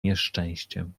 nieszczęściem